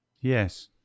Yes